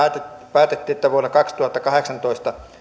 päätettiin että vuonna kaksituhattakahdeksantoista